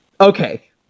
Okay